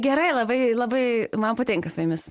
gerai labai labai man patinka su jumis